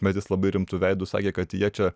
bet jis labai rimtu veidu sakė kad jie čia